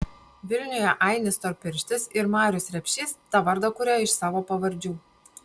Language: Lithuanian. vilniuje ainis storpirštis ir marius repšys tą vardą kuria iš savo pavardžių